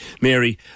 Mary